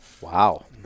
wow